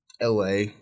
LA